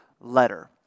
letter